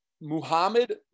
Muhammad